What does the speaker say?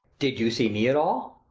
did you see me at all?